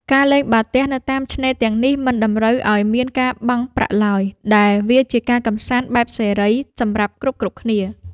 ការលេងបាល់ទះនៅតាមឆ្នេរទាំងនេះមិនតម្រូវឱ្យមានការបង់ប្រាក់ឡើយ ដែលវាជាការកម្សាន្តបែបសេរីសម្រាប់គ្រប់គ្នា។